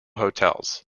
hotels